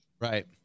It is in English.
right